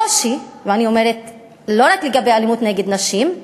אני אומרת לא רק לגבי אלימות נגד נשים,